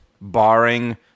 barring